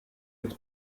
its